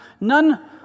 none